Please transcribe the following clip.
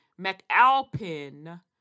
McAlpin